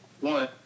One